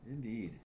Indeed